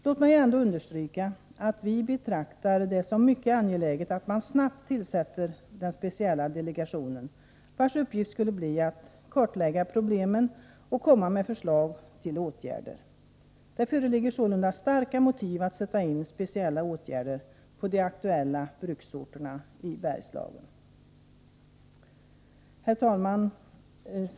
Jag vill ändå understryka att vi betraktar det som mycket angeläget att den speciella delegationen snarast utses, vars uppgift skulle vara att kartlägga problemen och att komma med förslag till åtgärder. Behovet av speciella åtgärder kan knappast vara större än det är på de aktuella bruksorterna i Bergslagen. Herr talman!